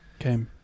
Okay